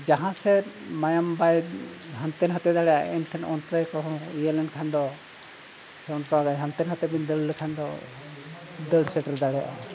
ᱡᱟᱦᱟᱸ ᱥᱮᱫ ᱢᱟᱭᱟᱢ ᱵᱟᱭ ᱦᱟᱱᱛᱮ ᱱᱟᱛᱮ ᱫᱟᱲᱮᱭᱟᱜᱼᱟ ᱮᱱᱴᱷᱮᱱ ᱚᱱᱛᱮ ᱠᱚᱦᱚᱸ ᱤᱭᱟᱹ ᱞᱮᱱ ᱠᱷᱟᱱ ᱫᱚ ᱚᱱᱠᱟ ᱜᱮ ᱦᱟᱱᱛᱮ ᱱᱟᱛᱮ ᱵᱤᱱ ᱫᱟᱹᱲ ᱞᱮᱠᱷᱟᱱ ᱫᱚ ᱫᱟᱹᱲ ᱥᱮᱴᱮᱨ ᱫᱟᱲᱮᱭᱟᱜᱼᱟ